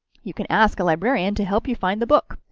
you can ask a librarian to help you find the book.